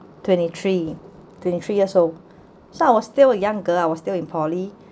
twenty three twenty three years old so I was still a young girl I was still in poly